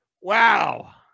Wow